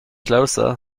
closer